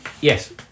Yes